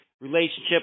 relationship